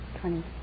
Twenty